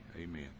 Amen